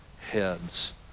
heads